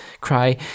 cry